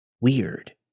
Weird